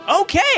Okay